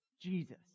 Jesus